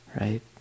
right